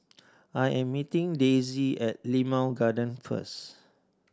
I am meeting Daisy at Limau Garden first